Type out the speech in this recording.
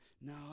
no